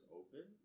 open